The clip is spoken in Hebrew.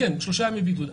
כן כן, שלושה ימי בידוד.